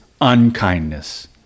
unkindness